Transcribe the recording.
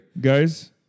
Guys